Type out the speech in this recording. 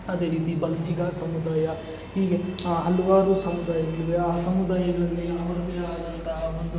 ಅದೇ ರೀತಿ ಬಲಿಜಿಗ ಸಮುದಾಯ ಹೀಗೆ ಹಲವಾರು ಸಮುದಾಯಗಳಿವೆ ಆ ಸಮುದಾಯಗಳಲ್ಲಿ ಅವರದ್ದೇ ಆದಂತಹ ಒಂದು